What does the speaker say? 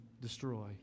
destroy